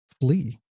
Flee